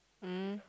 mm